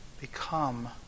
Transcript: become